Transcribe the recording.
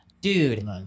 Dude